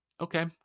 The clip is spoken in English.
Okay